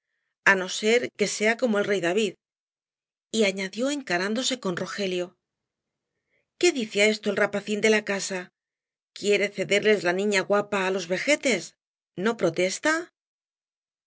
no ser que sea como el rey david y añadió encarándose con rogelio qué dice á esto el rapacín de la casa quiere cederles la niña guapa á los vejetes no protesta